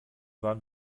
waren